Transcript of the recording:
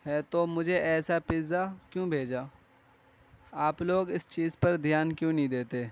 ہے تو مجھے ایسا پزا کیوں بھیجا آپ لوگ اس چیز پر دھیان کیوں نہیں دیتے